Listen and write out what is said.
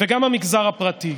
וגם המגזר הפרטי.